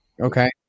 Okay